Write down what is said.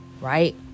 right